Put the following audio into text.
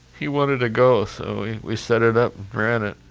he wanted to go. so we we set it up granted